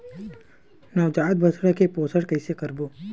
नवजात बछड़ा के पोषण कइसे करबो?